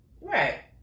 Right